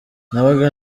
nabaga